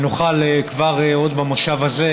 ונוכל עוד במושב הזה,